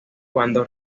cuando